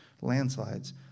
landslides